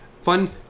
fun